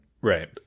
right